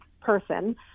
person